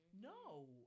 no